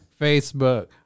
Facebook